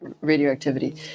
radioactivity